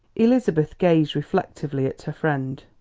elizabeth gazed reflectively at her friend.